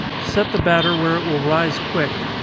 set the batter where it will rise quick.